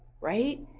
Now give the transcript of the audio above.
right